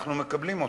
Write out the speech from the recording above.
אנחנו מקבלים אותה.